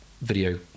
video